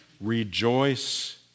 rejoice